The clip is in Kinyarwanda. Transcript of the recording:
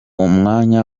mwanya